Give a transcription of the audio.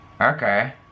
Okay